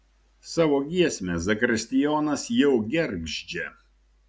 savo giesmę zakristijonas jau gergždžia